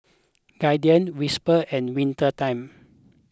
Guardian Whisper and Winter Time